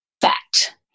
Fact